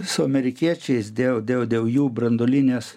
su amerikiečiais dėl dėl dėl jų branduolinės